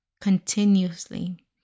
continuously